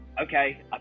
Okay